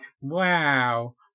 Wow